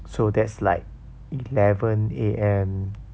so that's like eleven A_M